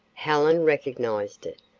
helen recognized it.